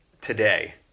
today